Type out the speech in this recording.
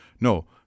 No